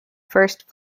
first